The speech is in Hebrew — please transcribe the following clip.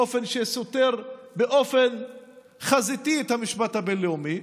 באופן שסותר באופן חזיתי את המשפט הבין-לאומי,